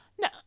No